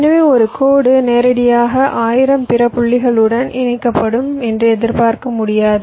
எனவே ஒரு கோடு நேரடியாக ஆயிரம் பிற புள்ளிகளுடன் இணைக்கப்படும் என்று எதிர்பார்க்க முடியாது